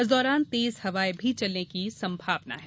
इस दौरान तेज हवाएं भी चलने की संभावना है